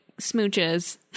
smooches